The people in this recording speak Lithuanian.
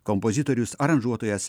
kompozitorius aranžuotojas